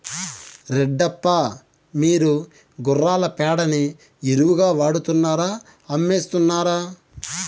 రెడ్డప్ప, మీరు గుర్రాల పేడని ఎరువుగా వాడుతున్నారా అమ్మేస్తున్నారా